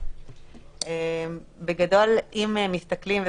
בגדול אם מסתכלים,